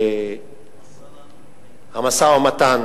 שהמשא-ומתן